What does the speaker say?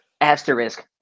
Asterisk